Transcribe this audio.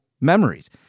memories